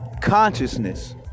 consciousness